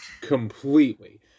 completely